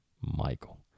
Michael